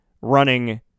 running